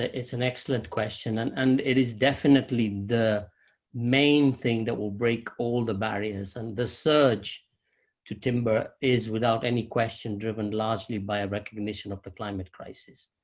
ah it's an excellent question. and and it is definitely the main thing that will break all the barriers. and the surge to timber is, without any question, driven largely by a recognition of the climate crisis.